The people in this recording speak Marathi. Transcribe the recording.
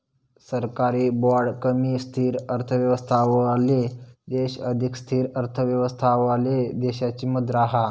सरकारी बाँड कमी स्थिर अर्थव्यवस्थावाले देश अधिक स्थिर अर्थव्यवस्थावाले देशाची मुद्रा हा